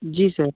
जी sir